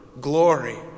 glory